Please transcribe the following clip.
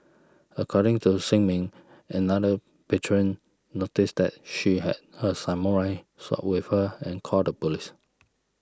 according to Shin Min another patron noticed that she had a samurai sword with her and called the police